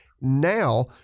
now